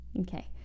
Okay